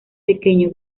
pequeño